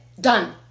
Done